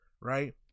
right